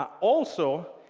ah also,